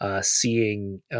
Seeing